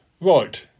right